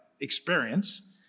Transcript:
experience